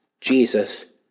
Jesus